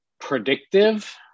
predictive